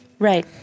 Right